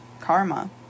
karma